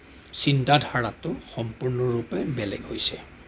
চিন্তাধাৰাটো সম্পূৰ্ণৰূপে বেলেগ হৈছে